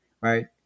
right